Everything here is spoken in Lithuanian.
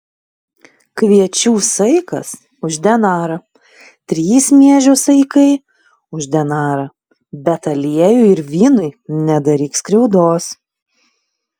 kviečių saikas už denarą trys miežių saikai už denarą bet aliejui ir vynui nedaryk skriaudos